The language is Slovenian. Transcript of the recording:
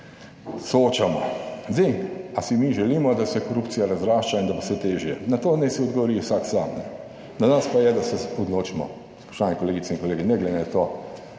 soočamo. Zdaj ali si mi želimo, da se korupcija razrašča in da bo vse težje, na to naj si odgovori vsak sam. Na nas pa je, da se odločimo, spoštovane kolegice in kolegi, ne glede na to